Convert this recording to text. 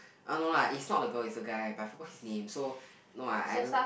I don't know lah is not a girl is a guy but I forgot his name so no lah I don't